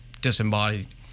disembodied